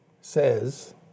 says